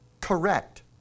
correct